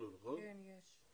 כן, יש.